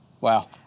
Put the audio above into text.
Wow